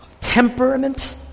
Temperament